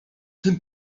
tym